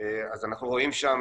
אז אנחנו רואים שם